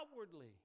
outwardly